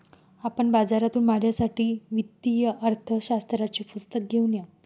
आपण बाजारातून माझ्यासाठी वित्तीय अर्थशास्त्राचे पुस्तक घेऊन या